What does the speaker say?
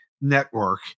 Network